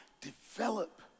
develop